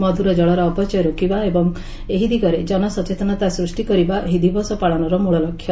ମଧୁର ଅପଚୟ ରୋକିବା ଏବଂ ଏହି ଦିଗରେ ଜନସଚେତନତା ସୃଷ୍ଟି କରିବା ଏହି ଦିବସ ପାଳନର ମୂଳ ଲକ୍ଷ୍ୟ